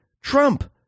trump